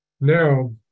now